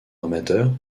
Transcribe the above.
amateur